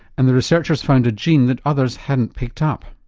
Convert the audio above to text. and the researchers found a gene that others hadn't picked up.